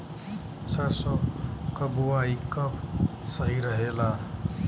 सरसों क बुवाई कब सही रहेला?